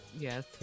Yes